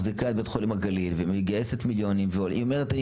מחזיקה את בית החולים הגליל ומגייסת מיליונים והיא אומרת,